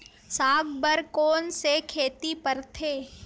साग बर कोन से खेती परथे?